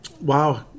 wow